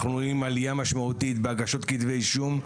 אנחנו רואים עלייה משמעותית בהגשות כתבי אישום,